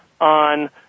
on